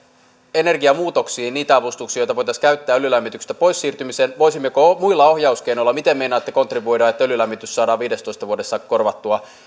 energiamuutoksiin niitä avustuksia joita voitaisiin käyttää öljylämmityksestä poissiirtymiseen voisimmeko muilla ohjauskeinoilla miten meinaatte kontribuoida että öljylämmitys saadaan viidessätoista vuodessa korvattua